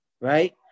right